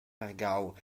vargau